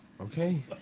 Okay